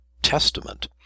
Testament